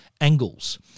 angles